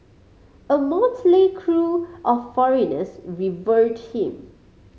a motley crew of foreigners revered him